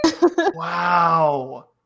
Wow